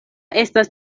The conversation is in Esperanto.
estas